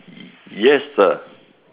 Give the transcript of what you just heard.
yes sir